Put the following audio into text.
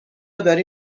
داری